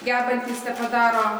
gebantys tepadaro